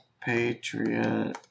Patriot